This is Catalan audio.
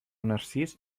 narcís